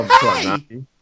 Hey